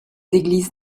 églises